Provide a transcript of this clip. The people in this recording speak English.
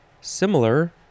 similar